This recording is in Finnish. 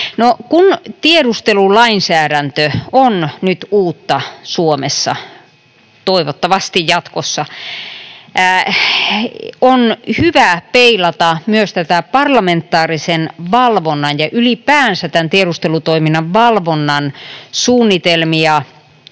Kun tiedustelulainsäädäntö on nyt uutta Suomessa — toivottavasti jatkossa — on hyvä peilata myös tätä parlamentaarisen valvonnan ja ylipäänsä tämän tiedustelutoiminnan valvonnan suunnitelmia